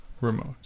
remote